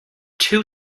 two